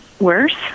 worse